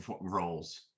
roles